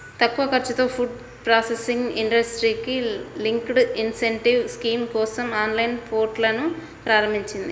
తక్కువ ఖర్చుతో food processing ఇండస్ట్రీకి లింక్డ్ ఇన్సెంటివ్ స్కీమ్ కోసం ఆన్లైన్ పోర్టల్ను ప్రారంభించింది